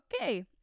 okay